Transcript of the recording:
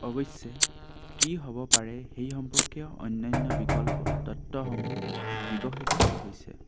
অৱশ্যে কি হ'ব পাৰে সেই সম্পৰ্কে অন্যান্য বিকল্প তত্ত্বসমূহ বিকশিত হৈছে